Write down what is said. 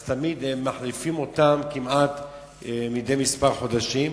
אז הם מחליפים אותם כמעט מדי כמה חודשים,